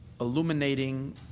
Illuminating